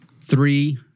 Three